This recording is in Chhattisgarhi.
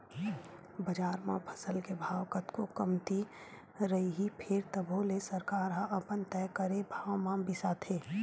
बजार म फसल के भाव कतको कमती रइही फेर तभो ले सरकार ह अपन तय करे भाव म बिसाथे